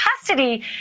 custody